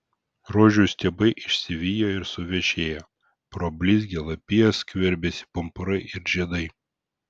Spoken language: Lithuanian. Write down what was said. rožių stiebai išsivijo ir suvešėjo pro blizgią lapiją skverbėsi pumpurai ir žiedai